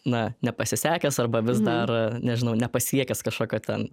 na nepasisekęs arba vis dar nežinau nepasiekęs kašokio ten